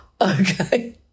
Okay